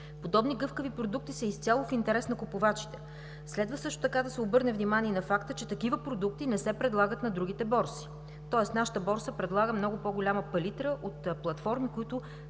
Подобни гъвкави продукти са изцяло в интерес на купувачите. Следва също така да се обърне внимание и на факта, че такива продукти не се предлагат на другите борси, тоест нашата борса предлага много по-голяма палитра от платформи, които